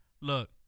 look